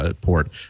port